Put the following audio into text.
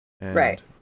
Right